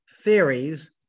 theories